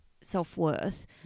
self-worth